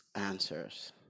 answers